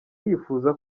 yifuza